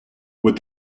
with